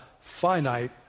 finite